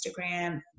Instagram